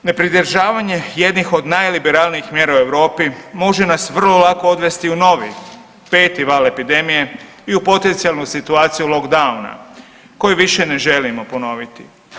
Ne pridržavanje jednih od najliberalnijih mjera u Europi može nas vrlo lako odvesti u novi 5 val epidemije i u potencijalnu situaciju lockdowna koju više ne želimo ponoviti.